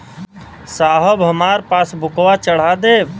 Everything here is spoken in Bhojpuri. साहब हमार पासबुकवा चढ़ा देब?